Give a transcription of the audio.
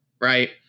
right